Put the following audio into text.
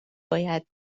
باید